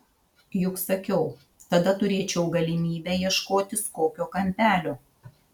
juk sakiau tada turėčiau galimybę ieškotis kokio kampelio